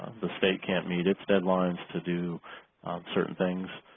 the state can't meet its deadlines to do certain things